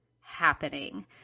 happening